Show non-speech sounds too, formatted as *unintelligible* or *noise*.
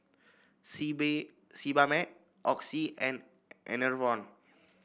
*unintelligible* Sebamed Oxy and Enervon